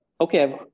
okay